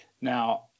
now